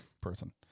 person